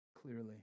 clearly